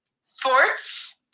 Sports